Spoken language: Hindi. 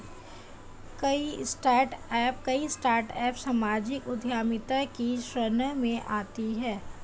कई स्टार्टअप सामाजिक उद्यमिता की श्रेणी में आते हैं